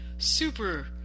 super